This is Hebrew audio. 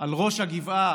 על ראש הגבעה,